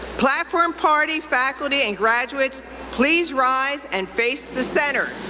platform party, faculty, and graduates please rise and face the center.